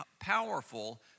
powerful